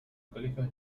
colegio